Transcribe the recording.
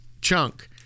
Chunk